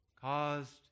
caused